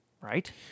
Right